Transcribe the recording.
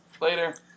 Later